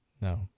No